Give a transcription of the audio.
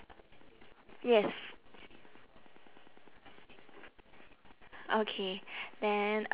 yes okay then